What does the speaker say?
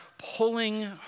pulling